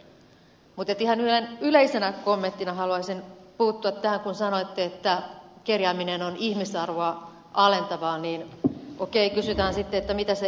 mutta ihan yleisenä kommenttina haluaisin sanoa tähän kun sanoitte että kerjääminen on ihmisarvoa alentavaa niin okei kysytään sitten mitä se ihmisyys on